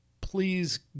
please